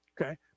Okay